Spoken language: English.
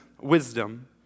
wisdom